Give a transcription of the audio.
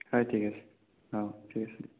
হয় ঠিক আছে অঁ ঠিক আছে দিয়ক